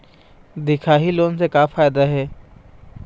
दिखाही लोन से का फायदा हे?